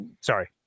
sorry